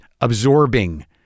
absorbing